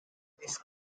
this